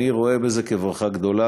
אני רואה בזה ברכה גדולה.